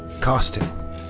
costume